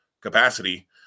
capacity